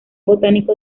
botánico